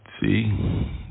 see